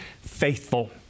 faithful